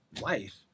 life